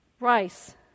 Rice